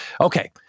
Okay